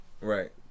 Right